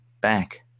back